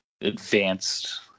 advanced